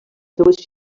seues